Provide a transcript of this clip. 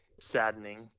saddening